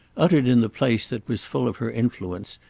uttered in the place that was full of her influence,